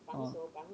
orh